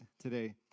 today